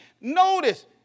Notice